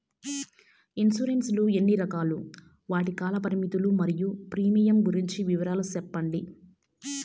Insurance లు ఎన్ని రకాలు? వాటి కాల పరిమితులు మరియు ప్రీమియం గురించి వివరాలు సెప్పండి?